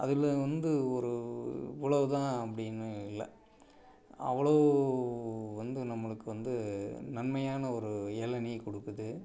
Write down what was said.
அதில் வந்து ஒரு இவ்வளோதான் அப்படின்னு இல்லை அவ்வளோ வந்து நம்மளுக்கு வந்து நன்மையான ஒரு இளநிய கொடுக்குது